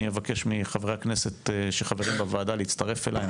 אני אבקש מחברי הכנסת שחברים בוועדה להצטרף אליי.